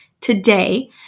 today